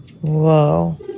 Whoa